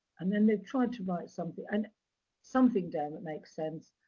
and then they've tried to write something and something down that makes sense,